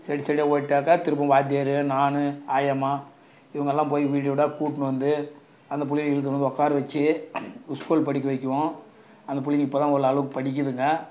set செட்டாக ஓடிட்டாக்கா திரும்பவும் வாத்தியார் நான் ஆயம்மா இவங்கெல்லாம் போய் வீடு வீடாக கூட்டுன்னு வந்து அந்த பிள்ளைங்கள இழுத்துன்னு வந்து உக்கார வச்சு ஸ்கூல் படிக்க வைக்குவோம் அந்த பிள்ளைங்க இப்போதான் ஓரளவுக்கு படிக்குதுங்க